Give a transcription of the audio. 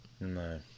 No